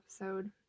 episode